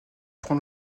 prend